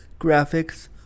graphics